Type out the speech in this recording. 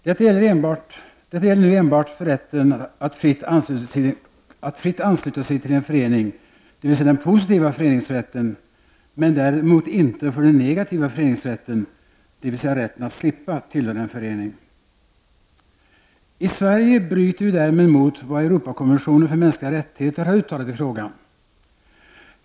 Detta gäller enbart för rätten att fritt ansluta sig till en förening, dvs. den positiva föreningsrätten, men däremot inte för den negativa föreningsrätten, dvs. rätten att slippa tillhöra en förening. I Sverige bryter vi därmed mot vad Europakonventionen för mänskliga rättigheter har uttalat i frågan.